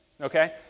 okay